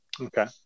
Okay